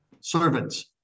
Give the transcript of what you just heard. Servants